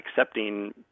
accepting